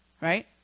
right